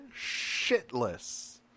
shitless